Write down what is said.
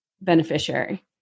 beneficiary